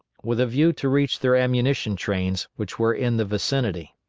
with a view to reach their ammunition trains, which were in the vicinity.